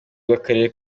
bw’akarere